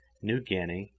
new guinea,